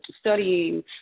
studying